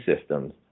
systems